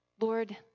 Lord